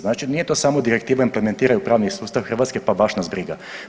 Znači nije to samo direktiva implementiraj u pravni sustav Hrvatske pa baš nas briga.